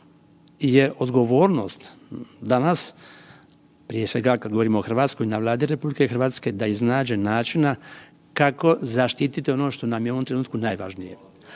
je odgovornost danas prije svega kada govorimo o Hrvatskoj i na Vladi RH da iznađe načina kako zaštiti ono što nam je u ovom trenutku najvažnije,